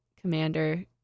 commander